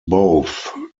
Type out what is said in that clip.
both